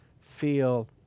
feel